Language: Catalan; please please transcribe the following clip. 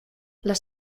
les